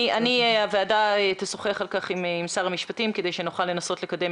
הוועדה תשוחח על כך עם שר המשפטים כדי שנוכל לקדם